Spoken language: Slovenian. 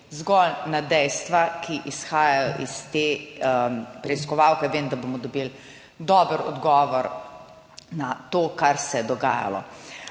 zgolj na dejstva, ki izhajajo iz te preiskovalke, vem, da bomo dobili dober odgovor na to, kar se je dogajalo.